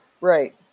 Right